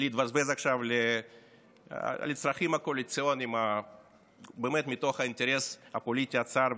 להתבזבז עכשיו לצרכים הקואליציוניים באמת מתוך האינטרס הפוליטי הצר,